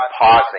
pausing